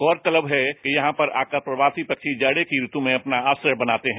गौरतलब है कि यहां पर आकर प्रवासी पसी जाड़े की ऋतु में अपना आत्रय बनाते हैं